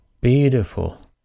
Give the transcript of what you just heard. beautiful